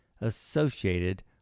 associated